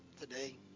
today